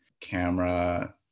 camera